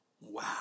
Wow